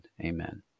amen